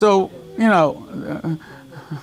So, you know